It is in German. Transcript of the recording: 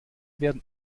werden